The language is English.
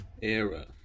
era